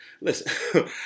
Listen